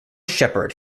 shepherd